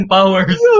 Powers